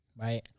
Right